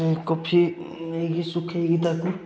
coffee ନେଇକି ଶୁଖାଇକି ତାକୁ